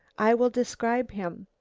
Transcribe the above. i will describe him.